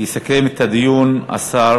יסכם את הדיון השר